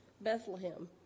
Bethlehem